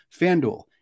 FanDuel